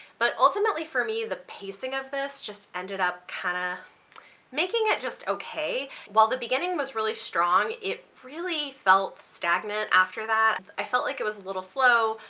but ultimately for me the pacing of this just ended up kind of and making it just okay. while the beginning was really strong it really felt stagnant after that. i felt like it was a little slow,